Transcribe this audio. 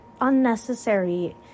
unnecessary